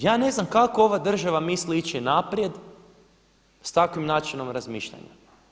Ja ne znam kako ova država misli ići naprijed s takvim načinom razmišljanja.